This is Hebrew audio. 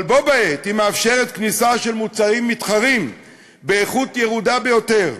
אבל בה-בעת היא מאפשרת כניסה של מוצרים מתחרים באיכות ירודה ביותר,